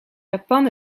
japan